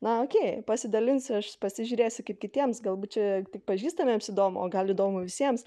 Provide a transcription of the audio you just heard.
na okei pasidalinsiu aš pasižiūrėsiu kaip kitiems galbūt čia tik pažįstamiems įdomu o gal įdomu visiems